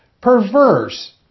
perverse